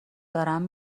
دارم